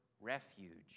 refuge